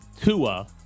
Tua